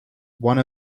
one